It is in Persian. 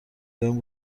بهم